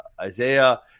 isaiah